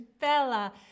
Bella